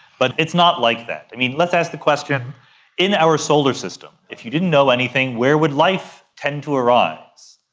but it's not like that. i mean, let's ask the question in our solar system, if you didn't know anything, where would life tend to arise?